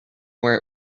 where